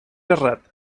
errat